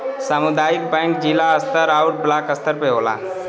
सामुदायिक बैंक जिला स्तर आउर ब्लाक स्तर पे होला